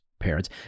parents